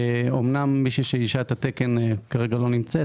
אמנם מי שאיישה את התקן לא נמצאת,